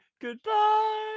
Goodbye